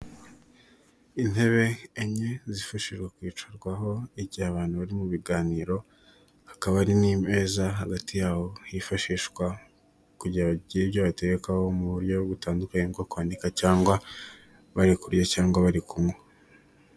Intebe enye zifashijwe kwicarwaho igihe abantu bari mu biganiro, hakaba hari n'imeza hagati yabo, hifashishwa ibyo bateyekaho mu buryo butandukanye bwo kwandika cyangwa bari kurya cyangwa bari kunywa.